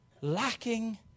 Lacking